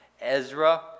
Ezra